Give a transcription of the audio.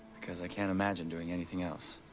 because i can't imagine doing anything else.